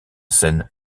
scène